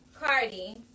Cardi